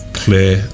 clear